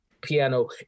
piano